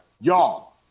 Y'all –